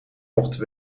mochten